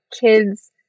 kids